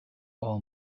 all